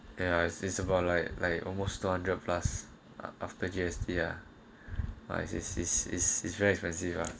ya it's it's about like like almost two hundred plus after yesterday lah is is is is is very expensive lah